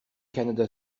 canada